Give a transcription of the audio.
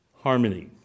harmony